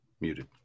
Muted